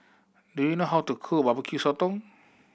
do you know how to cook Barbecue Sotong